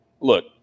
look